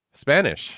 Spanish